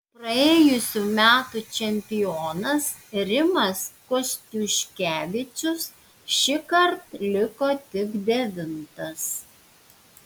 praėjusių metų čempionas rimas kostiuškevičius šįkart liko tik devintas